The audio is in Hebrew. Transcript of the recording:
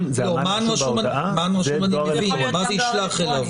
בוודאי שהם לא יודעים להגיד אם הוא יכריע.